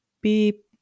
beep